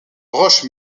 roches